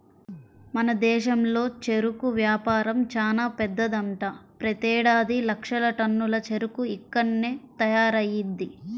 మన దేశంలో చెరుకు వ్యాపారం చానా పెద్దదంట, ప్రతేడాది లక్షల టన్నుల చెరుకు ఇక్కడ్నే తయారయ్యిద్ది